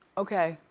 okay.